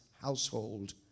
household